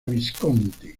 visconti